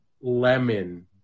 lemon